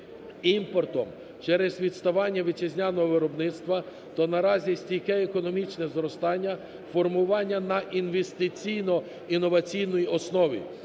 імпортом через відставання вітчизняного виробництва, то наразі стійке економічне зростання, формування на інвестиційно-інноваційній основі